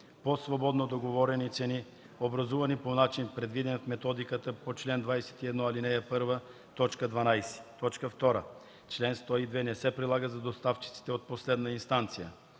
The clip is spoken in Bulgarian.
по свободно договорени цени, образувани по начин, предвиден в методиката по чл. 21, ал. 1, т. 12; 2. член 102 не се прилага за доставчиците от последна инстанция.